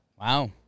Wow